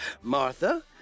Martha